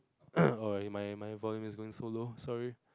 my my volume is going so low sorry